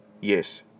Yes